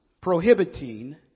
Prohibiting